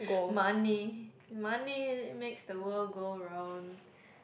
money money makes the world go round